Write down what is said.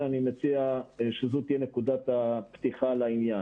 אני מציע שזו תהיה נקודת הפתיחה לעניין.